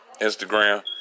Instagram